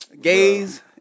Gays